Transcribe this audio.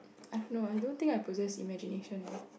I don't know I don't think I possess imagination eh